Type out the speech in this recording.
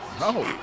No